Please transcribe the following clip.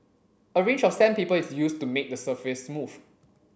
a range of sandpaper is used to make the surface smooth